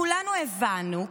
כולנו הבנו,